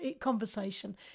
conversation